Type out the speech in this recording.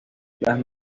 las